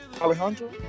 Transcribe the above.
Alejandro